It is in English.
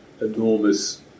enormous